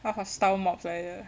style mobs 来的